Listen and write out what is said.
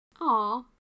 Aw